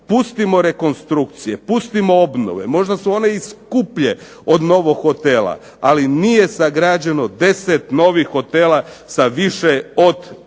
pustimo rekonstrukcije, pustimo obnove, možda su one i skuplje od novog hotela, ali nije sagrađeno 10 novih hotela sa više od tih